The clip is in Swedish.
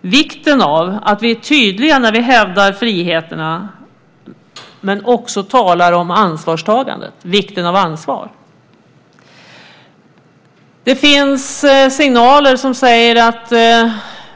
vikten av att vi är tydliga när vi hävdar friheterna men också talar om ansvarstagandet, vikten av ansvar. Det finns signaler som säger att